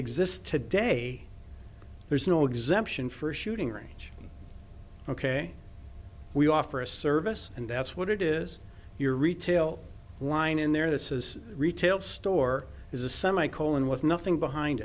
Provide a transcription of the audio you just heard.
exists today there's no exemption for a shooting range ok we offer a service and that's what it is you're retail wine in there this is a retail store is a semi colon with nothing behind